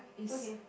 okay